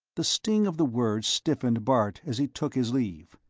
the sting of the words stiffened bart as he took his leave.